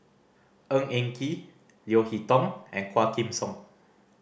Ng Eng Kee Leo Hee Tong and Quah Kim Song